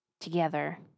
together